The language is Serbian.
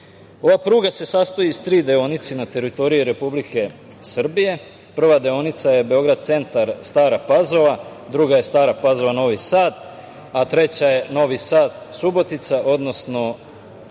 pruga se sastoji iz tri deonice na teritoriji Republike Srbije. Prva deonica je Beograd centar - Stara Pazova, druga je Stara Pazova - Novi Sad, a treća je Novi Sad - Subotica, odnosno